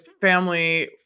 family